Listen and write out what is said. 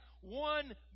one